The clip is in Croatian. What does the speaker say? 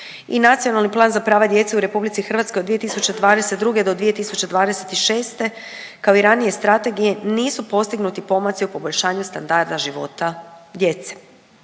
i Nacionalni plan za prava djece u RH od 2022. do 2026., kao i ranije strategije, nisu postignuti pomaci u poboljšanju standarda života djece.